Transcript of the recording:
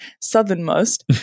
southernmost